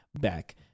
back